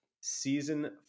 season